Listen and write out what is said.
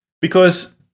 Because-